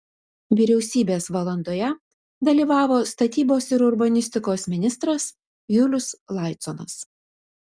vyriausybės valandoje dalyvavo statybos ir urbanistikos ministras julius laiconas